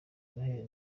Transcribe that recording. noheli